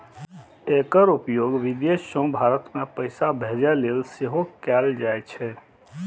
एकर उपयोग विदेश सं भारत मे पैसा भेजै लेल सेहो कैल जाइ छै